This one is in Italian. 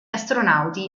astronauti